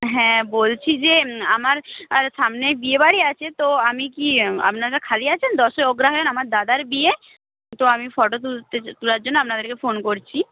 হ্যাঁ বলছি যে আমার সামনে বিয়েবাড়ি আছে তো আমি কি আপনারা খালি আছেন দশই অগ্রহায়ণ আমার দাদার বিয়ে তো আমি ফটো তুলতে তুলার জন্য আপনাদেরকে ফোন করছি